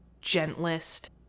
gentlest